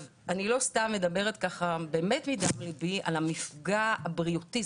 אני לא סתם מדברת כך מדם לבי על המפגע הבריאותי,